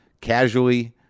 casually